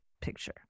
picture